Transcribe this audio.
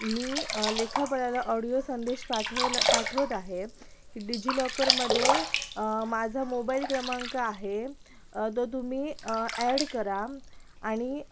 मी लेखापालाला ऑडिओ संदेश पाठवला पाठवत आहे की डीजी लॉकरमध्ये माझा मोबाइल क्रमांक आहे तो तुम्ही ॲड करा आणि